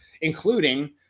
including